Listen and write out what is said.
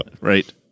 Right